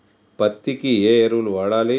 పత్తి కి ఏ ఎరువులు వాడాలి?